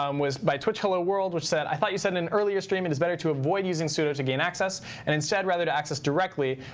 um was by twitchhelloworld, which said, i thought you said in an earlier stream it is better to avoid using sudo to gain access and instead rather to access directly.